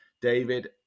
David